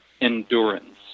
endurance